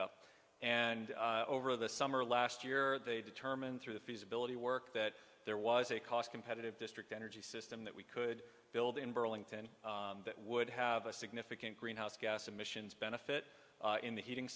up and over the summer last year they determined through the feasibility work that there was a cost competitive district energy system that we could build in burlington that would have a significant greenhouse gas emissions benefit in the heating